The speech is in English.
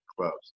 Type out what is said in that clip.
clubs